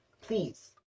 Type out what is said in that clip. Please